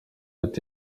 ati